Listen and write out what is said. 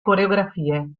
coreografie